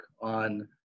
on